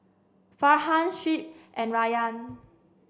Farhan Shuib and Rayyan